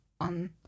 on